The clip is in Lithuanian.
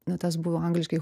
na tas buvo angliškai